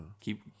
keep